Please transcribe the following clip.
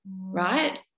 right